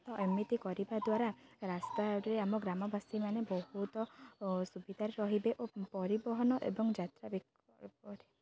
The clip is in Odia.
ତ ଏମିତି କରିବା ଦ୍ୱାରା ରାସ୍ତାାରେ ଆମ ଗ୍ରାମବାସୀମାନେ ବହୁତ ସୁବିଧାରେ ରହିବେ ଓ ପରିବହନ ଏବଂ ଯାତ୍ରା ବ